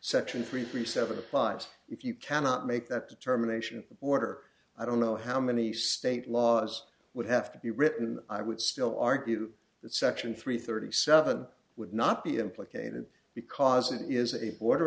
section three three seventy five if you cannot make that determination order i don't know how many state laws would have to be written i would still argue that section three thirty seven would not be implicated because it is a